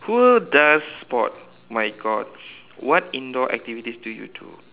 who does sport my God what indoor activities do you do